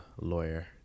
lawyer